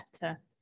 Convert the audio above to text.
better